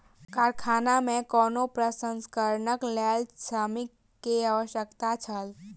कारखाना में कोको प्रसंस्करणक लेल श्रमिक के आवश्यकता छल